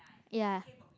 ya